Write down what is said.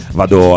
vado